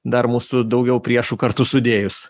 dar mūsų daugiau priešų kartu sudėjus